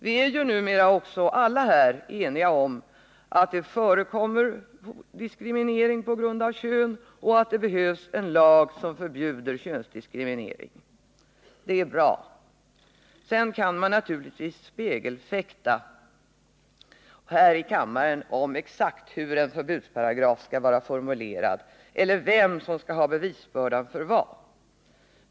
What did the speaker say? Vi är ju numera också alla här eniga om att det förekommer diskriminering på grund av kön och att det behövs en lag som förbjuder könsdiskriminering. Det är bra. Sedan kan man naturligtvis spegelfäkta här i kammaren om exakt hur en förbudsparagraf skall vara formulerad eller vem som skall ha bevisbördan för vad.